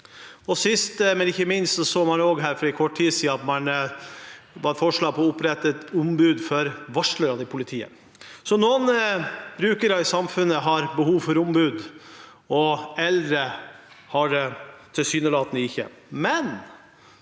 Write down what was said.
Sist, men ikke minst, så man for kort tid siden et forslag om å opprette et ombud for varslere i politiet. Så noen brukere i samfunnet har behov for ombud, og eldre har tilsynelatende ikke